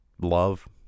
Love